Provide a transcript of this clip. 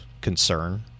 concern